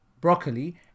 broccoli